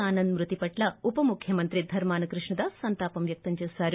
ఆనంద్ మృతి పట్ల ఉపముఖ్యమంత్రి ధర్మాన కృష్ణ దాస్ సంతాపం వ్యక్తం చేశారు